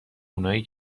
اونایی